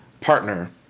partner